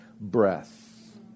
breath